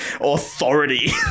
Authority